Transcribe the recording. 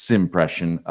impression